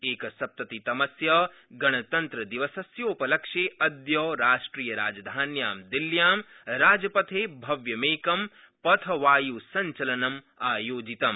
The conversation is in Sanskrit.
एकसप्ततितमस्य गणतन्त्रदिवसस्योपलक्ष्ये अद्य राष्ट्रियराजधानायां दिल्ल्यां राजपथे भव्यमेकं पथवायुसञ्चनलम् आयोजितम्